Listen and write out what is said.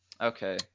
Okay